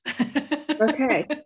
Okay